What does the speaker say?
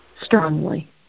strongly